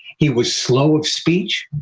he was slow of speech,